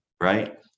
Right